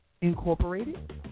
Incorporated